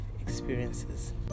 experiences